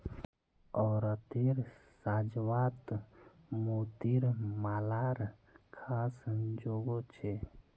औरतेर साज्वात मोतिर मालार ख़ास जोगो छे